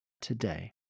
today